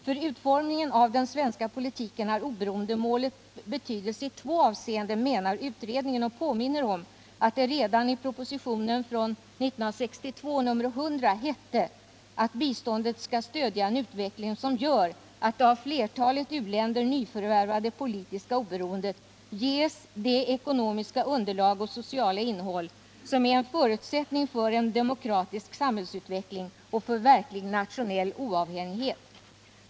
För utformningen av den svenska politiken har oberoendemålet betydelse i två avseenden, menar utredningen, och påminner för det första om att det redan i propositionen från 1962 nr 100 hette, att biståndet skall stödja en utveckling som gör att ”det av flertalet u-länder nyförvärvade politiska oberoendet ges det ekonomiska underlag och sociala innehåll, som är en förutsättning för en demokratisk samhällsutveckling och för verklig nationell oavhängighet”.